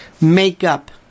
makeup